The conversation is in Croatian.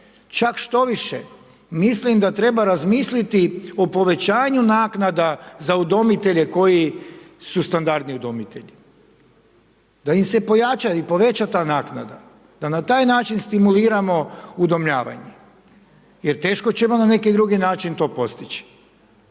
čak štoviše, mislim da treba razmisliti o povećanju naknada za udomitelje koji su standardni udomitelji. Da im se pojača i poveća ta naknada, da na taj način stimuliramo udomljavanje, jer teško ćemo na neki drugi način to postići.